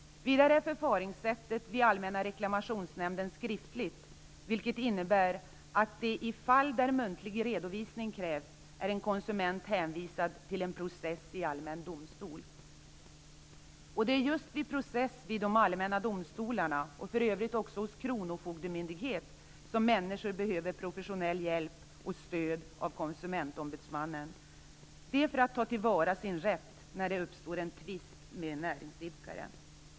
Vidare är förfaringssättet vid Allmänna reklamationsnämnden skriftligt, vilket innebär att i de fall där muntlig redovisning krävs är en konsument hänvisad till process i allmän domstol. Det är just vid process vid de allmänna domstolarna, och för övrigt också hos kronofogdemyndighet, som människor behöver professionell hjälp och stöd av Konsumentombudsmannen för att ta till vara sin rätt när det uppstår en tvist med en näringsidkare.